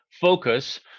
focus